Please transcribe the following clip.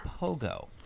Pogo